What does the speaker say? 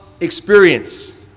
experience